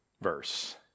verse